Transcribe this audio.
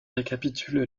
récapitule